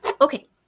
okay